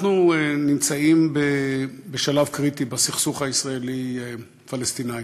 אנחנו נמצאים בשלב קריטי בסכסוך הישראלי פלסטיני,